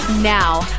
now